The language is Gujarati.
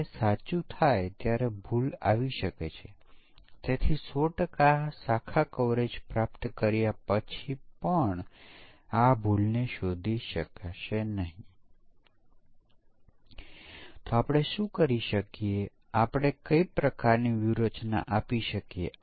હવે સમકક્ષ પાર્ટીશનમાં અહીં સમસ્યા એ છે કે એક યુનિટ અને તેના ઇનપુટ આઉટપુટ વર્ણનને જોઇને આપણે કેવી રીતે સમકક્ષ વર્ગોની રચના કરી શકીએ